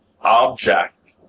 object